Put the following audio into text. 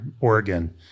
Oregon